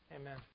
amen